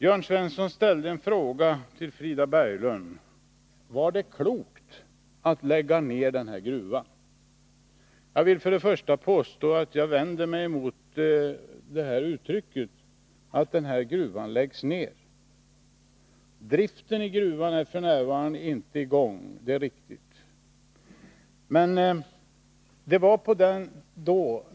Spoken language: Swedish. Jörn Svensson ställde en fråga till Frida Berglund: Var det klokt att lägga ned den här gruvan? Jag vill till att börja med vända mig emot uttrycket att gruvan läggs ned. Driften vid gruvan är f. n. inte i gång, det är riktigt.